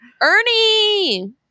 Ernie